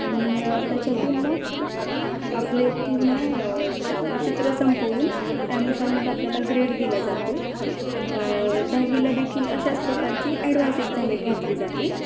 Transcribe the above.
आणि त्याच्यातून मग आपले पूर्ण चित चित्र संपवून त्यानुसार मग आपल्याला ग्रेड दिला जातो दहावीला देखील अशाच प्रकारची ॲडव्हान्स एक्झाम एक घेतली जाते